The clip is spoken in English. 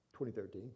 2013